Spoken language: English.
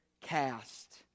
cast